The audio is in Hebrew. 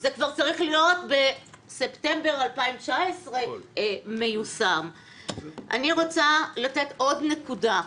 זה צריך להיות מיושם בספטמבר 2019. אני רוצה לתת עוד נקודה,